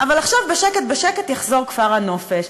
אבל עכשיו בשקט בשקט יחזור כפר הנופש.